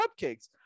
cupcakes